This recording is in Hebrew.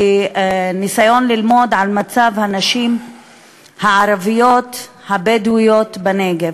בניסיון ללמוד על מצב הנשים הערביות הבדואיות בנגב.